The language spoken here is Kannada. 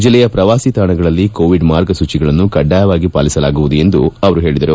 ಜಿಲ್ಲೆಯ ಪ್ರವಾಸೀ ತಾಣಗಳಲ್ಲಿ ಕೋವಿಡ್ ಮಾರ್ಗಸೂಚಿಗಳನ್ನು ಕಡ್ಡಾಯವಾಗಿ ಪಾಲಿಸಲಾಗುವುದು ಎಂದು ಅವರು ಹೇಳಿದರು